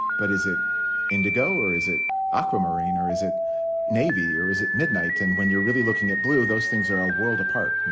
but is it indigo or is it aquamarine or is it navy or is it midnight? and when you're really looking at blue, those things are a world apart,